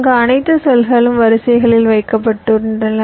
அங்கு அனைத்து செல்களும் வரிசைகளில் வைக்கப்படுகின்றன